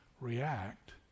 react